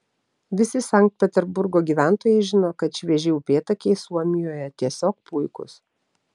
visi sankt peterburgo gyventojai žino kad švieži upėtakiai suomijoje tiesiog puikūs